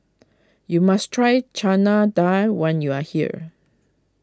you must try Chana Dal when you are here